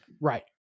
right